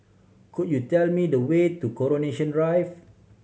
could you tell me the way to Coronation Drive